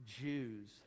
jews